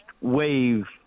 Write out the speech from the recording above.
wave